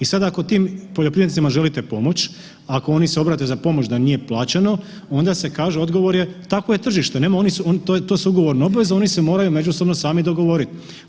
I sada ako tim poljoprivrednicima želite pomoć, ako se oni obrate za pomoć da nije plaćeno onda kažu odgovor je takvo je tržište, to su ugovorne obveze oni se moraju međusobno sami dogovoriti.